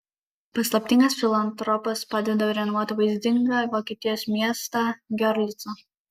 paslaptingas filantropas padeda renovuoti vaizdingą vokietijos miestą giorlicą